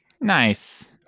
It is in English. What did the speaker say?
Nice